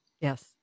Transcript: Yes